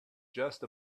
just